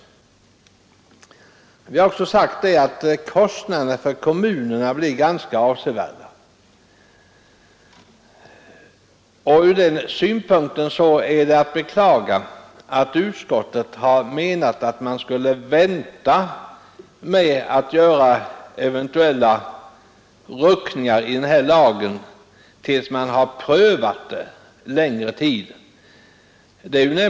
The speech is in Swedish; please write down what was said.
Vi har också pekat på att kostnaderna för kommunerna i detta sammanhang blir ganska avsevärda. Ur den synpunkten är det att beklaga att utskottet har menat att man skulle vänta med att göra eventuella ruckningar i den här lagen tills man har prövat den en längre tid.